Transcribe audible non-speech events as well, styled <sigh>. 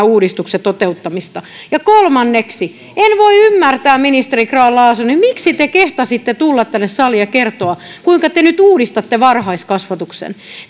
<unintelligible> uudistuksen toteuttamista ja kolmanneksi en voi ymmärtää ministeri grahn laasonen miksi te kehtasitte tulla tänne saliin ja kertoa kuinka te nyt uudistatte varhaiskasvatuksen